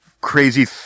crazy